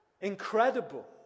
Incredible